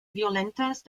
violentas